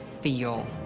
feel